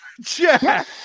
Jack